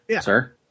sir